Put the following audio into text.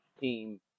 team